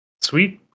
Sweet